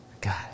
god